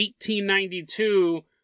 1892